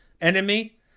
enemy